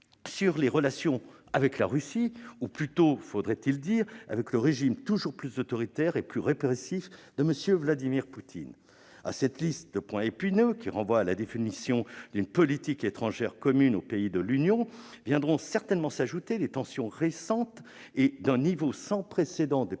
sur les relations avec la Russie, ou plutôt, faudrait-il dire, avec le régime toujours plus autoritaire et plus répressif de M. Vladimir Poutine. À cette liste de points épineux, qui renvoient à la définition d'une politique étrangère commune aux pays de l'Union, viendront certainement s'ajouter les tensions récentes, et d'un niveau sans précédent